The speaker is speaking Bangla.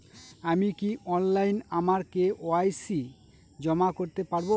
আমি কি অনলাইন আমার কে.ওয়াই.সি জমা করতে পারব?